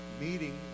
meeting